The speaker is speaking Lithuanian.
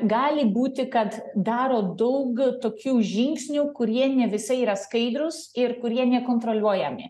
gali būti kad daro daug tokių žingsnių kurie ne visai yra skaidrūs ir kurie nekontroliuojami